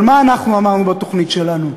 אבל מה אנחנו אמרנו בתוכנית שלנו?